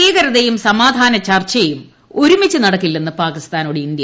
ഭീകരതയും സമാധാന ചർച്ചയും ഒരുമിച്ചു ന് നടക്കില്ലെന്ന് പാകിസ്ഥാനോട് ഇന്ത്യ